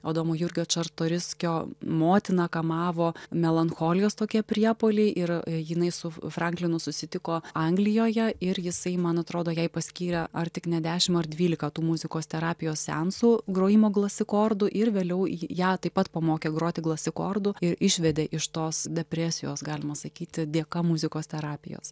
adomo jurgio čartoriskio motiną kamavo melancholijos tokie priepuoliai ir jinai su f franklinu susitiko anglijoje ir jisai man atrodo jai paskyrė ar tik ne dešim ar dvylika tų muzikos terapijos seansų grojimo glasikordu ir vėliau į ją taip pat pamokė groti glasikordu ir išvedė iš tos depresijos galima sakyti dėka muzikos terapijos